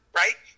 right